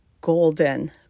golden